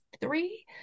three